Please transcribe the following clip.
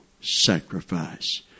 sacrifice